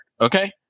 Okay